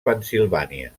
pennsilvània